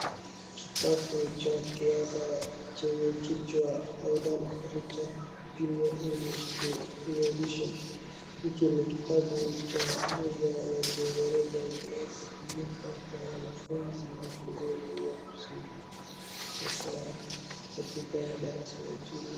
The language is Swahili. Kitabu cha kiada chenye kichwa Haydn Richards Junior English 2 new edition hiki ni kitabu cha lugha ya kiingereza kinachotumika kwa wanafunzi wa shuleni ya msingi hasaa katika madarasa ya chini.